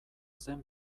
zen